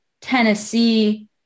Tennessee